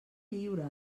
lliure